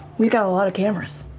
we got a lot of cameras.